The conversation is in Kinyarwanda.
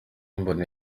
mbona